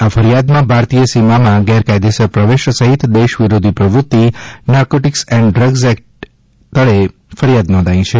આ ફરિયાદમાં ભારતીય સીમામાં ગેરકાયદેસર પ્રવેશ સહિત દેશ વિરોધી પ્રવૃતિ નારકોટિક્સ એન્ડ ડ્રગ્સ એકટ તળે ફરિયાદ નોંધાઇ છે